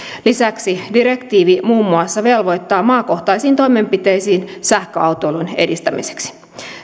lisäksi direktiivi muun muassa velvoittaa maakohtaisiin toimenpiteisiin sähköautoilun edistämiseksi